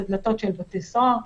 אלו דלתות של בתי סוהר.